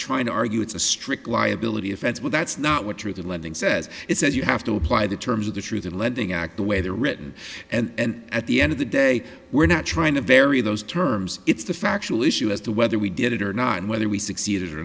trying to argue it's a strict liability offense but that's not what triggered lending says it says you have to apply the terms of the truth in lending act the way they're written and at the end of the day we're not trying to vary those terms it's the factual issue as to whether we did it or not and whether we succeeded or